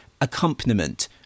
accompaniment